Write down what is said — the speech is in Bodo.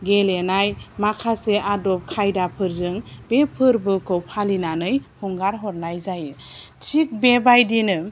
गेलेनाय माखासे आदब खायदाफोरजों बे फोरबोखौ फालिनानै हंगारहरनाय जायो थिग बेबायदिनो